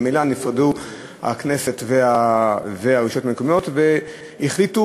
ממילא נפרדו הכנסת והרשויות המקומיות והחליטו